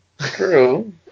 True